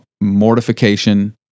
mortification